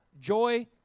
joy